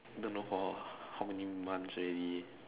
don't know for how many months already